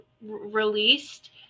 released